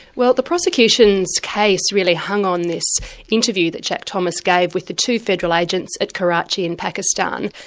well the prosecution's case really hung on this interview that jack thomas gave with the two federal agents at karachi in pakistan.